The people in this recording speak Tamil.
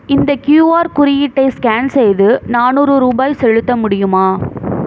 இந்த க்யூஆர் குறியீட்டை ஸ்கேன் செய்து நானூறு ரூபாய் செலுத்த முடியுமா